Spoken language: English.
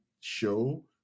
show